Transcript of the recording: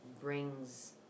brings